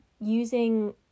using